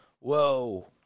whoa